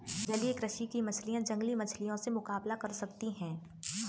जलीय कृषि की मछलियां जंगली मछलियों से मुकाबला कर सकती हैं